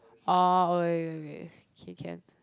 oh okay okay okay okay can